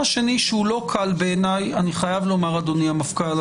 והמעשה של הפגיעה ברופאה אתמול כנראה התחיל באופן מילולי קודם לכן.